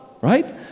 right